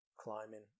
climbing